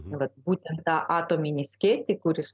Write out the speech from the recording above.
vat būtent tą atominį skėtį kuris